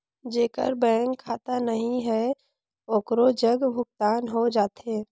जेकर बैंक खाता नहीं है ओकरो जग भुगतान हो जाथे?